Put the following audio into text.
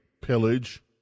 pillage